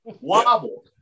wobble